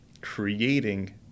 creating